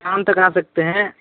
शाम तक आ सकते हैं